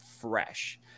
fresh